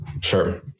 Sure